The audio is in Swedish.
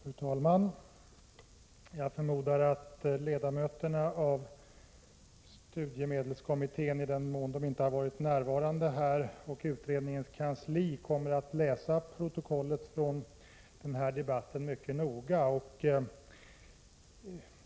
Fru talman! Jag förmodar att ledamöterna av studiemedelskommittén — i den mån de inte varit närvarande här — och utredningens kansli kommer att läsa protokollet från den här debatten mycket noga.